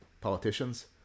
politicians